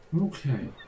okay